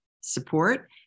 support